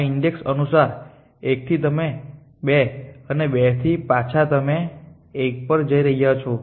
આ ઈન્ડેક્સ અનુસાર 1 થી તમે 2 અને 2 થી પાછા તમે 1 પર જઈ રહ્યા છો